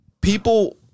people